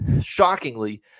shockingly